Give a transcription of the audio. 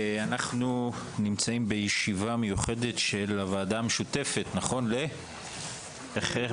אנחנו נמצאים בישיבה מיוחדת של הוועדה המשותפת מה השם?